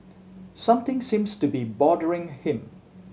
something seems to be bothering him